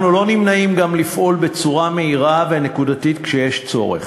אנחנו לא נמנעים גם מלפעול בצורה מהירה ונקודתית כשיש צורך.